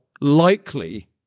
likely